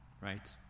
right